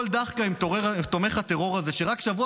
כל דחקה עם תומך הטרור הזה,